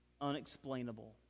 Unexplainable